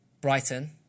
Brighton